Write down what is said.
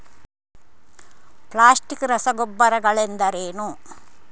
Plastic ರಸಗೊಬ್ಬರಗಳೆಂದರೇನು?